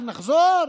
אז נחזור